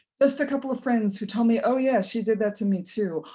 just a couple of friends who tell me, oh yeah, she did that to me too,